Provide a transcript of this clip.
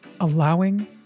allowing